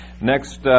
Next